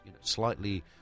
slightly